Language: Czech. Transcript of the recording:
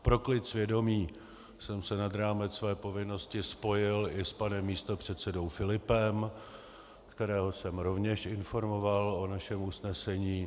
Pro klid svědomí jsem se nad rámec své povinnosti spojil i s panem místopředsedou Filipem, kterého jsem rovněž informoval o našem usnesení.